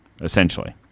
essentially